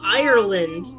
ireland